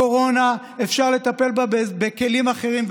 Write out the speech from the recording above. הקורונה, אפשר לטפל בה בכלים אחרים.